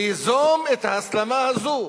ליזום את ההסלמה הזאת?